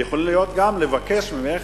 ויכולים גם לבקש ממך